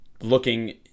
looking